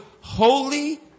holy